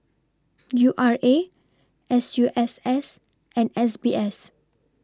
U R A S U S S and S B S